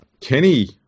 Kenny